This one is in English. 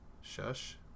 Shush